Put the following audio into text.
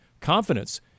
confidence